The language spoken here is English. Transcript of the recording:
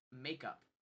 makeup